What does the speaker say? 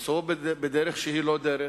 למצוא דרך שהיא לא דרך,